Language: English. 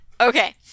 Okay